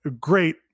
great